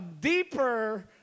deeper